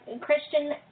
Christian